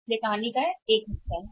इसलिए कहानी का एक हिस्सा है